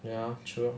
ya true